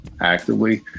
actively